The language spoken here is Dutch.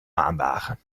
maandagen